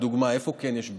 לדוגמה, איפה כן יש בעיה?